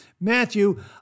Matthew